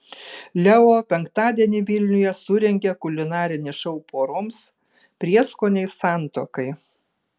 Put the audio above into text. leo penktadienį vilniuje surengė kulinarinį šou poroms prieskoniai santuokai